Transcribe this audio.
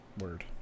Word